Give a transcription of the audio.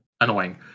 annoying